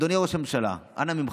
אדוני ראש הממשלה, אנא ממך,